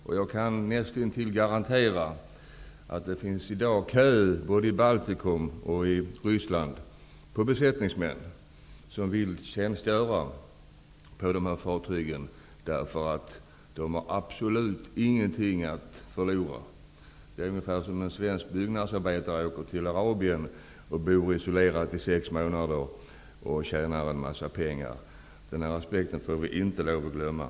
Jag kan nästintill garantera att det i dag både i Baltikum och i Ryssland finns en kö av besättningsmän som vill tjänstgöra på dessa fartyg, därför att männen absolut inte har någonting att förlora. Det är ungefär samma sak som när en svensk byggnadsarbetare åker till arabstaterna och bor isolerat i sex månader, för att tjäna en massa pengar. Denna aspekt får vi inte lov att glömma.